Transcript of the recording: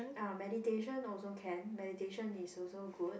ya meditation also can meditation is also good